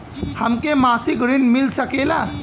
हमके मासिक ऋण मिल सकेला?